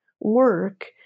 work